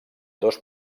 dos